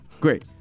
Great